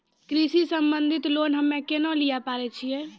कृषि संबंधित लोन हम्मय केना लिये पारे छियै?